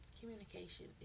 Communication